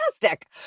fantastic